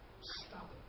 stop